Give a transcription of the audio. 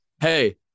hey